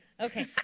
Okay